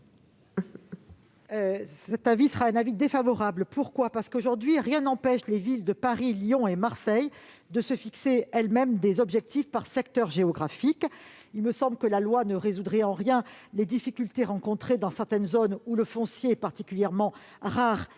commission des affaires économiques ? Aujourd'hui, rien n'empêche les villes de Paris, Lyon et Marseille de se fixer elles-mêmes des objectifs par secteur géographique. Il me semble que la loi ne résoudrait en rien les difficultés rencontrées dans certaines zones où le foncier est particulièrement rare